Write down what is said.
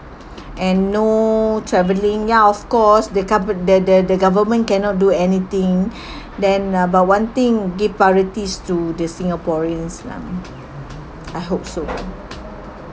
and no travelling ya of course the gover~ the the the government cannot do anything then uh but one thing give priorities to the singaporeans lah I hope so